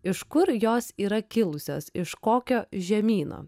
iš kur jos yra kilusios iš kokio žemyno